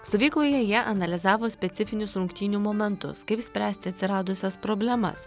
stovykloje jie analizavo specifinius rungtynių momentus kaip spręsti atsiradusias problemas